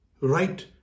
right